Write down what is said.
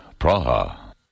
Praha